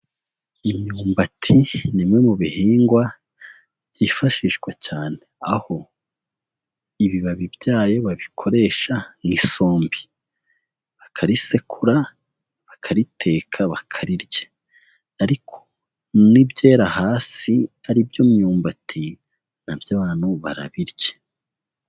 Imyumbati nimwe mu bihingwa byifashishwa cyane, aho ibibabi byayo babikoresha nk'isombi. Bakarisekura bakariteka bakarirya, ariko n'ibyera hasi ari byo myumbati nabyo abantu barabirya.